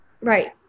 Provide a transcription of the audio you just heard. Right